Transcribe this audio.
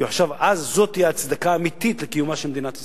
כי הוא חשב אז שזאת ההצדקה האמיתית לקיומה של מדינת ישראל.